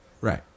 Right